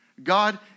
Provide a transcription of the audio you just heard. God